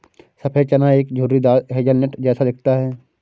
सफेद चना एक झुर्रीदार हेज़लनट जैसा दिखता है